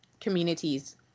communities